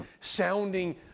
sounding